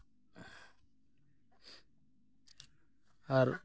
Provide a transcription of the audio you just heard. ᱟᱨ